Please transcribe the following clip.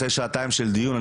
אחרי שעתיים של דיון,